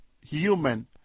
human